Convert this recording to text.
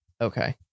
Okay